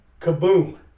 kaboom